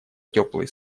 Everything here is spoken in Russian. теплые